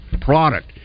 product